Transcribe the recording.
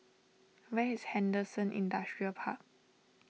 where is Henderson Industrial Park